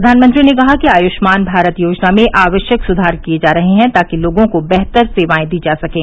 प्रधानमंत्री ने कहा कि आयुष्मान भारत योजना में आवश्यक सुधार किए जा रहे हैं ताकि लोगों को बेहतर सेवाएं दी जा सकें